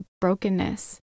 brokenness